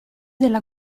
della